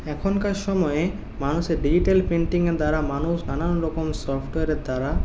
এখনকার সময়ে মানুষের ডিজিটাল প্রিন্টিংয়ের দ্বারা মানুষ নানান রকম সফটওয়্যারের দ্বারা